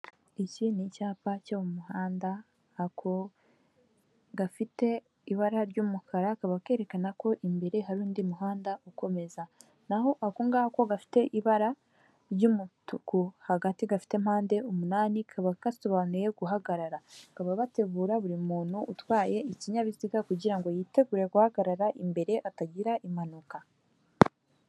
Iki ni icyapa cyo mu muhanda ako gafite ibara ry'umukara kaba kerekana ko imbere hari undi muhanda ukomeza naho ako ngako gafite ibara ry'umutuku hagati gafite mpande umunani kaba kasobanuye guhagarara kaba bategura buri muntu utwaye ikinyabiziga kugira ngo yitegure guhagarara imbere atagira impanuka.